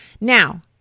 Now